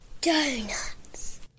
Donuts